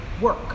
work